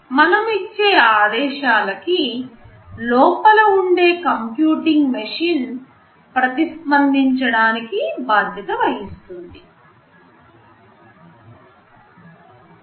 మనము ఇచ్చే ఆదేశాలకీ లోపల ఉండే కంప్యూటింగ్ మెషిన్ ప్రతిస్పందించడానికి బాధ్యత వహిస్తుంది